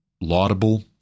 laudable